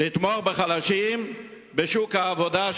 לתמוך בחלשים בשוק העבודה,